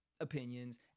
opinions